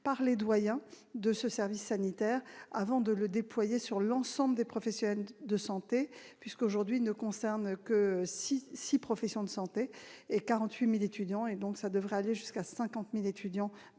un suivi de ce service sanitaire avant son déploiement sur l'ensemble des professionnels de santé. Aujourd'hui, il ne concerne que 6 professions de santé et 48 000 étudiants, mais nous devrions aller jusqu'à 50 000 étudiants